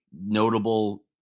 notable